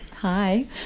hi